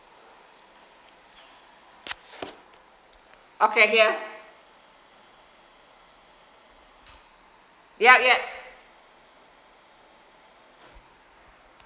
okay here ya ya